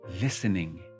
listening